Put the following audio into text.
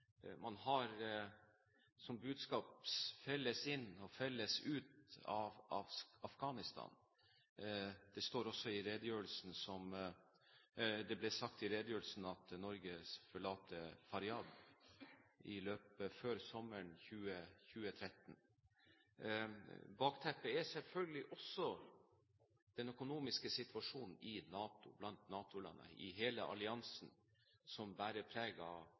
Man har som budskap: samlet inn og samlet ut av Afghanistan. Det ble sagt i redegjørelsen at Norge forlater Faryab før sommeren 2013. Bakteppet er selvfølgelig også den økonomiske situasjonen blant NATO-landene, i hele alliansen, som bærer preg av